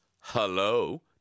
hello